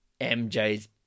MJ's